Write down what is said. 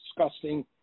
disgusting